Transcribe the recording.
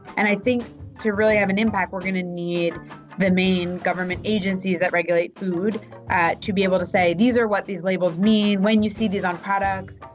and i think to really have an impact, we're gonna need the main government agencies that regulate food to be able to say, these are what these labels mean, when you see these on products,